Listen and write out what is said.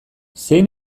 zein